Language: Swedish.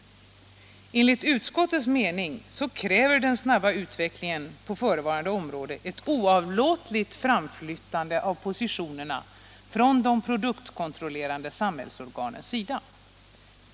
Enligt utskottets mening kräver den snabba utvecklingen på förevarande område ett oavlåtligt framflyttande av positionerna från de produktkontrollerande samhällsorganens sida.